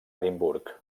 edimburg